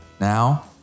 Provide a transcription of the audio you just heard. Now